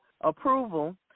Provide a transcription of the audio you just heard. approval